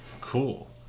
Cool